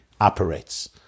operates